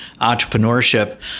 entrepreneurship